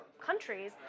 countries